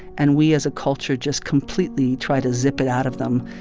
and we as a culture just completely try to zip it out of them,